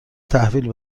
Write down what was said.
تحویل